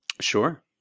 Sure